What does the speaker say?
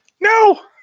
No